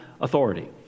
authority